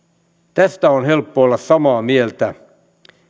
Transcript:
tästä on helppo olla samaa mieltä